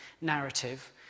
narrative